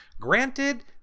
Granted